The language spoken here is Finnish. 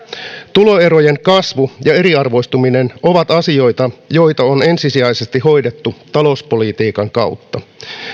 tuloerojen kasvu ja eriarvoistuminen ovat asioita joita on ensisijaisesti hoidettu talouspolitiikan kautta